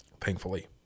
Thankfully